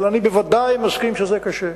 אבל אני בוודאי מסכים שזה קשה.